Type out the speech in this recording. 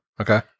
Okay